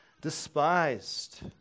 despised